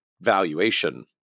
valuation